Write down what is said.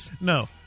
No